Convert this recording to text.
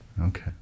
Okay